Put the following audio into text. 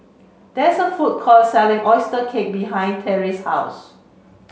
there is a food court selling oyster cake behind Terrie's house